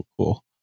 Cool